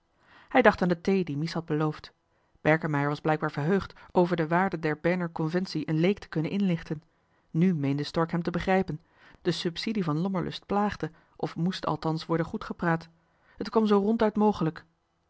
hij dacht aan de thee die mies had beloofd berkemeier was blijkbaar verheugd over de waarde der berner conventie een leek te kunnen inlichten nu meende stork hem te begrijpen de subsidie van lommerlust plaagde of moest althans worden goedgepraat t kwam zoo ronduit mogelijk